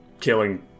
killing